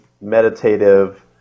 meditative